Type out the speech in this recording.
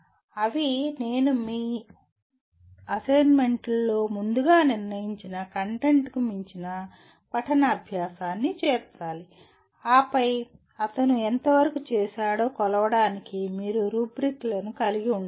అవి నేను మీరు మీ అసైన్మెంట్ లో ముందుగా నిర్ణయించిన కంటెంట్కు మించిన పఠన అభ్యాసాన్ని చేర్చాలి ఆపై అతను ఎంతవరకు చేశాడో కొలవడానికి మీరు రుబ్రిక్లను కలిగి ఉండవచ్చు